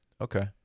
Okay